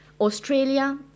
Australia